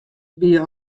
wie